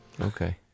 Okay